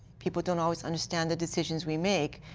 people don't always understand the decisions we make.